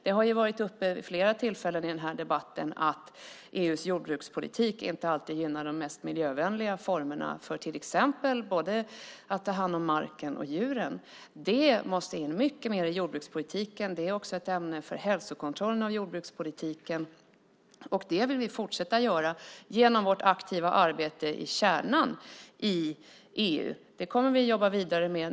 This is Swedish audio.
Det har vid flera tillfällen i den här debatten varit uppe att EU:s jordbrukspolitik inte alltid gynnar de mest miljövänliga formerna, till exempel när det handlar om både marken och djuren. Det måste in mycket mer i jordbrukspolitiken. Det är också ett ämne för hälsokontrollen av jordbrukspolitiken. Detta vill vi fortsätta driva genom vårt aktiva arbete i kärnan i EU. Det kommer vi att jobba vidare med.